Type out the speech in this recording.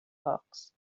fox